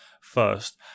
first